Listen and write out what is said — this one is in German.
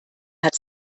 hat